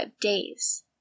days